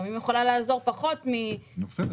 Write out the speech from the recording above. לפעמים יכולה לעזור פחות מזוג --- יש